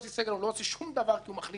הוא לא עושה שום דבר כי הוא מחליט לבד.